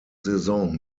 saison